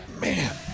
Man